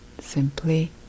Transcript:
simply